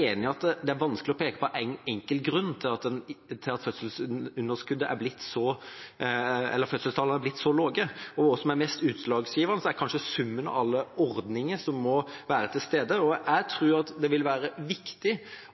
enig i at det er vanskelig å peke på én enkelt grunn til at fødselstallene er blitt så lave. Det som er mest utslagsgivende, er kanskje summen av alle ordninger som må være til stede. Jeg tror det vil være viktig